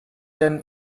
denn